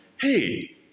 hey